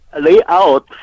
layout